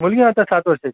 मुलगी आता सात वर्षाची आहे